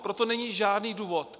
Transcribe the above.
Pro to není žádný důvod.